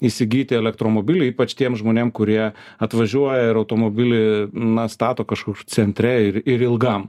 įsigyti elektromobilį ypač tiems žmonėm kurie atvažiuoja ir automobilį na stato kažkur centre ir ir ilgam